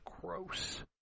gross